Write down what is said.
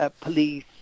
police